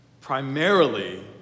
primarily